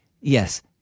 yes